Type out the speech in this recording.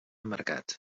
emmarcats